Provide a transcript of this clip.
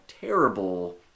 terrible